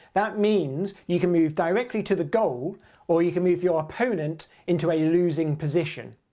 that means you can move directly to the goal or you can move your opponent into a losing position.